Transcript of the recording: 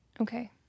Okay